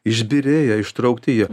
išbyrėję ištraukti jie